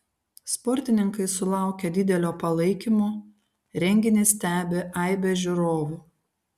sportininkai sulaukia didelio palaikymo renginį stebi aibė žiūrovų